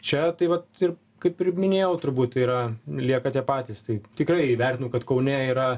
čia tai vat ir kaip ir minėjau turbūt tai yra lieka tie patys tai tikrai įvertinu kad kaune yra